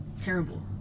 terrible